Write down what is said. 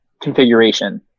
configuration